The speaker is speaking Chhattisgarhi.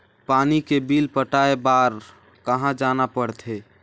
पानी के बिल पटाय बार कहा जाना पड़थे?